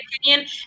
opinion